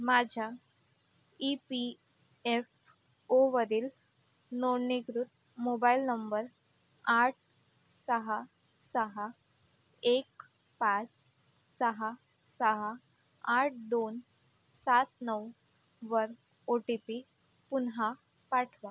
माझ्या E P F ओवरील नोंदणीकृत मोबाईल नंबर आठ सहा सहा एक पाच सहा सहा आठ दोन सात नऊवर ओ टी पी पुन्हा पाठवा